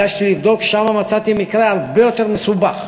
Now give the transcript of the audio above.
ניגשתי לבדוק, ושם מצאתי מקרה הרבה יותר מסובך,